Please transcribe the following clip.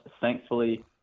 Thankfully